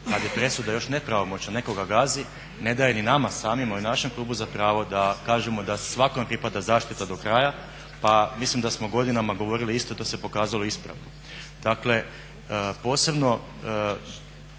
kad je presuda još nepravomoćna nekoga gazi ne daje ni nama samima i u našem klubu za pravo da kažemo da svakom pripada zaštita do kraja. Pa mislim da smo godinama govorili isto, to se pokazalo ispravno. Dakle, posebno